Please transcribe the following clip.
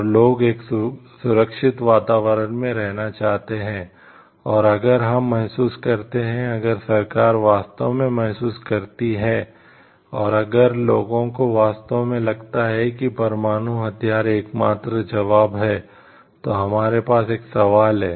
और लोग एक सुरक्षित वातावरण में रहना चाहते हैं और अगर हम महसूस करते हैं अगर सरकार वास्तव में महसूस करती है और अगर लोगों को वास्तव में लगता है कि परमाणु हथियार एकमात्र जवाब है तो हमारे पास एक सवाल है